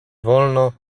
wolno